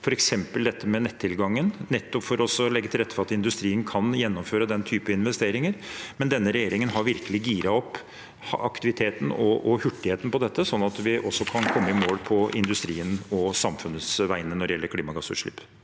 stort etterslep på f.eks. nettilgangen for å legge til rette for at industrien kan gjennomføre den type investeringer. Men denne regjeringen har virkelig giret opp aktiviteten og hurtigheten i dette, sånn at vi også kan komme i mål på industriens og samfunnets vegne når det gjelder klimagassutslipp.